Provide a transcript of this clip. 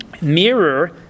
Mirror